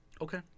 Okay